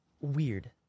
weird